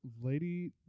Lady